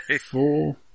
four